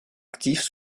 actifs